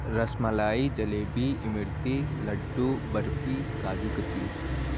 رس ملائی جلیبی امرتی لڈو برفی کاجو کتلی